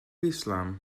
islam